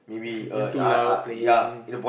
we're too loud playing